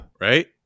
right